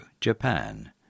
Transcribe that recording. Japan